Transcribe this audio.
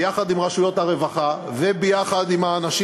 ביחד עם רשויות הרווחה וביחד עם האנשים